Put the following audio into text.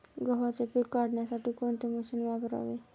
गव्हाचे पीक काढण्यासाठी कोणते मशीन वापरावे?